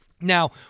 now